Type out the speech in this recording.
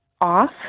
Off